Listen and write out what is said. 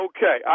Okay